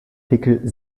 pickel